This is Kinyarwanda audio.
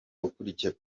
ukuriye